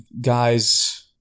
guys